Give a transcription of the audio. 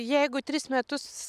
jeigu tris metus